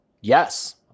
Yes